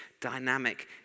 dynamic